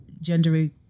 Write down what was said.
gender